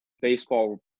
baseball